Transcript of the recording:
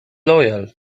loyal